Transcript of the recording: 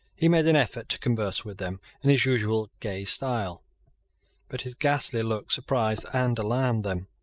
he made an effort to converse with them in his usual gay style but his ghastly look surprised and alarmed them.